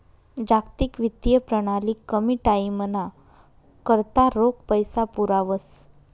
जागतिक वित्तीय प्रणाली कमी टाईमना करता रोख पैसा पुरावस